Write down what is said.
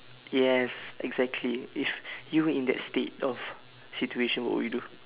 yes exactly if you were in that state of situation what would you do